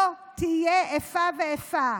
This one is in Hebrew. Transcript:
לא תהיה איפה ואיפה.